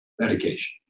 Medication